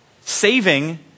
Saving